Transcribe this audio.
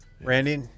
Randy